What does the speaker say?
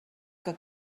que